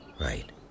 Right